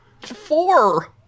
four